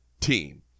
team